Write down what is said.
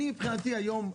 אני מבחינתי היום,